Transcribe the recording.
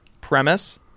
premise